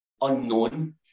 unknown